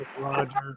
Roger